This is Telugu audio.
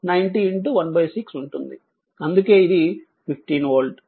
అందుకే ఇది 15 వోల్ట్